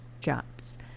jobs